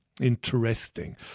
Interesting